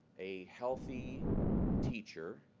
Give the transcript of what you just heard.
a healthy teacher.